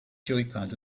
joypad